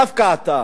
דווקא אתה,